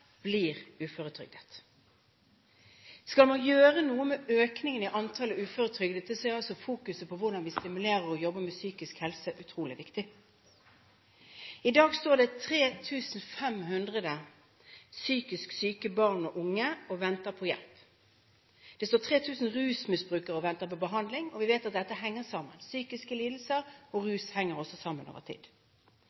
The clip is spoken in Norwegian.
på hvordan vi stimulerer og jobber med psykisk helse, utrolig viktig. I dag står det 3 500 psykisk syke barn og unge og venter på hjelp. Det står 3 000 rusmisbrukere og venter på behandling. Og vi vet at dette henger sammen – psykiske lidelser og